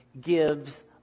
gives